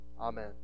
Amen